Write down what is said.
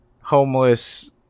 homeless